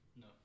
No